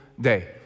day